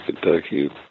Kentucky